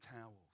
towels